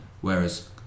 whereas